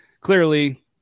clearly